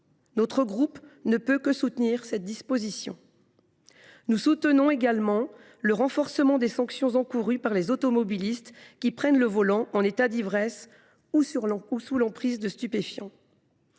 Notre groupe ne peut que soutenir cette disposition. Nous soutenons également le renforcement des sanctions encourues par les automobilistes qui prennent le volant en état d’ivresse ou sous l’empire de stupéfiants.